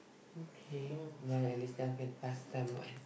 okay but at least now can pass time what